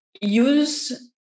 use